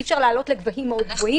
אי אפשר להעלות לגבהים גבוהים מאוד.